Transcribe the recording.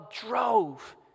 drove